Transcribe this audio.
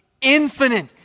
infinite